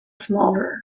smaller